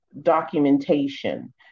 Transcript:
documentation